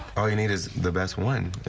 all you need is the best one